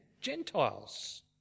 Gentiles